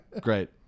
Great